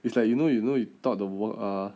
it's like you know you know you thought the work ah